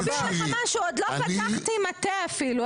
בוא אני אסביר לך משהו, עוד לא פתחתי מטה אפילו.